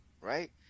Right